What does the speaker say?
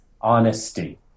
honesty